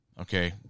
Okay